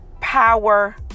Power